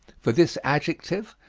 for this adjective,